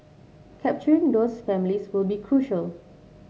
capturing those families will be crucial